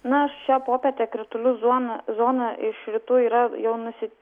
na šią popietę kritulių zona zona iš rytų yra jau nus